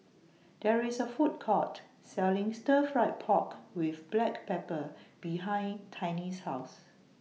There IS A Food Court Selling Stir Fried Pork with Black Pepper behind Tiny's House